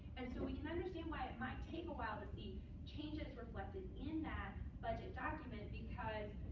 and so we can understand why it might take a while to see changes reflected in that budget document, because,